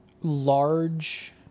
large